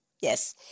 Yes